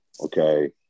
okay